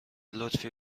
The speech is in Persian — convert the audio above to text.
لطفی